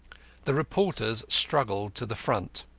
the reporters struggled to the front.